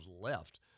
left